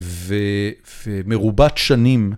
ומרובת שנים.